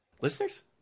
listeners